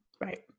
Right